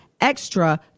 Extra